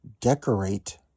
decorate